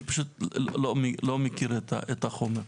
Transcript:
אני פשוט לא מכיר את החומר.